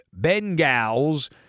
Bengals